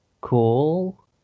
cool